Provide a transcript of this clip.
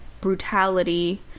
brutality